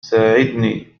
ساعدني